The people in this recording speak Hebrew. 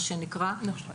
מה שנקרא,